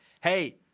hey